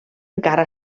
encara